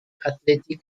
athletic